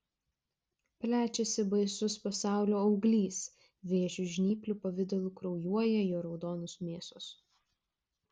plečiasi baisus pasaulio auglys vėžio žnyplių pavidalu kraujuoja jo raudonos mėsos